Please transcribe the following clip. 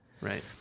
Right